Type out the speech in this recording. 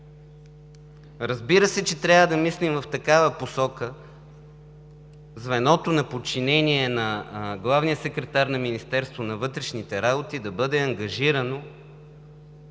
Разбира се, че трябва да мислим в такава посока – звеното на подчинение на главния секретар на Министерството на вътрешните работи да бъде ангажирано